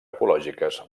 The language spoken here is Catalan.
ecològiques